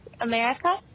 America